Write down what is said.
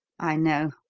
i know.